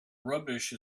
rubbish